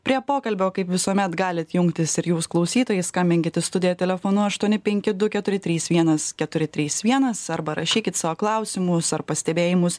prie pokalbio kaip visuomet galit jungtis ir jūs klausytojai skambinkit į studiją telefonu aštuoni penki du keturi trys vienas keturi trys vienas arba rašykit savo klausimus ar pastebėjimus